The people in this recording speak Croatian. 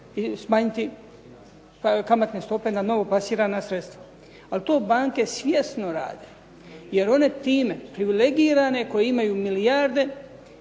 smanjiti kamatne stope na novo plasirana sredstva. Ali to banke svjesno rade jer one time privilegirane koji imaju milijarde